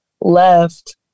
left